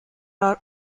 are